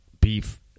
beef